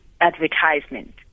advertisement